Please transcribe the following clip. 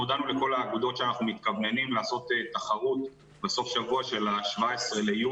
הודענו לכל האגודות שאנחנו מתכוונים לעשות תחרות בסוף שבוע של ה-17.7.